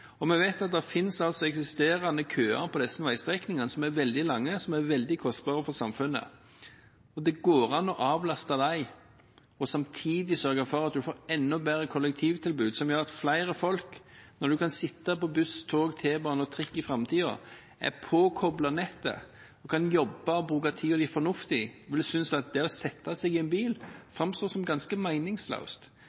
Og vi vet at det finnes eksisterende køer på disse veistrekningene som er veldig lange, som er veldig kostbare for samfunnet, og det går an å avlaste dem og samtidig sørge for at en får enda bedre kollektivtilbud, som gjør at flere folk – når de kan sitte på buss, tog, T-bane og trikk i framtiden – er påkoblet nettet. En kan jobbe og bruke tiden fornuftig, slik at det å sette seg i en bil framstår som ganske